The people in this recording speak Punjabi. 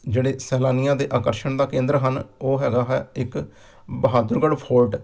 ਜਿਹੜੇ ਸੈਲਾਨੀਆਂ ਦੇ ਆਕਰਸ਼ਣ ਦਾ ਕੇਂਦਰ ਹਨ ਉਹ ਹੈਗਾ ਹੈ ਇੱਕ ਬਹਾਦਰਗੜ ਫੋਰਟ